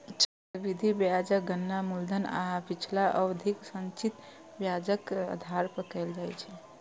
चक्रवृद्धि ब्याजक गणना मूलधन आ पिछला अवधिक संचित ब्याजक आधार पर कैल जाइ छै